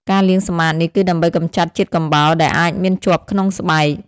ការលាងសម្អាតនេះគឺដើម្បីកម្ចាត់ជាតិកំបោរដែលអាចមានជាប់ក្នុងស្បែក។